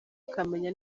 akamenya